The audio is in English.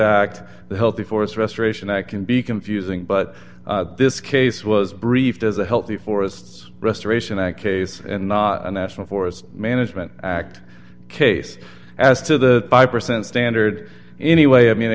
sack the healthy forest restoration act can be confusing but this case was briefed as a healthy forests restoration act case and not a national forest management act case as to the five percent standard anyway i mean